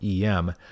EM